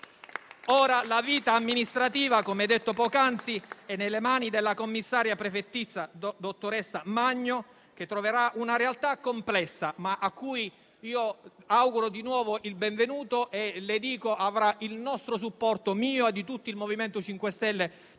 Ora la vita amministrativa, come detto poc'anzi, è nelle mani della commissaria prefettizia, dottoressa Magno, che troverà una realtà complessa, ma a cui io auguro di nuovo il benvenuto e dico che avrà il supporto mio e di tutto il MoVimento 5 Stelle